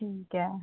ठीक आहे